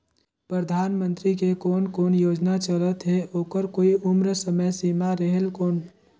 परधानमंतरी के कोन कोन योजना चलत हे ओकर कोई उम्र समय सीमा रेहेल कौन?